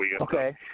Okay